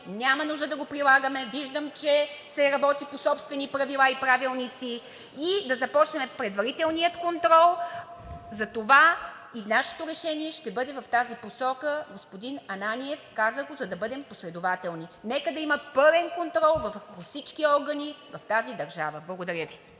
Няма нужда да го прилагаме, виждам, че се работи по собствени правила и правилници, и да започнем предварителния контрол. Затова и нашето решение ще бъде в тази посока, господин Ананиев. Казах го, за да бъдем последователни. Нека да има пълен контрол върху всички органи в тази държава. Благодаря Ви.